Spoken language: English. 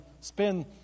spend